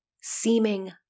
seeming